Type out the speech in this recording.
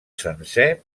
sencer